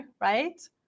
right